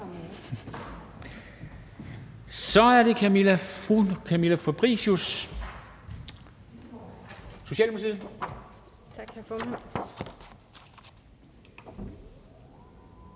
Så er det fru Camilla Fabricius, Socialdemokratiet.